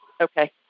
okay